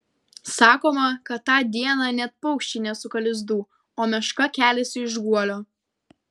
sakoma kad tą dieną net paukščiai nesuka lizdų o meška keliasi iš guolio